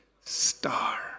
star